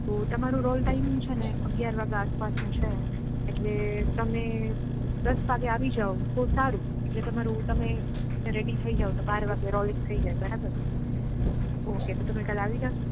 તો તમારું roll time છેને અગયાર વાગા આસપાસનું છે એટલે તમે દસ વાગે આવી જાઓ તો સારું એટલે તમારું તમે રેડી થઈ જાઓ તો બાર વાગે રોલિંગ થઈ જાય બરાબર ઓકે તો તમે કાલે આવી જાશો